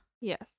Yes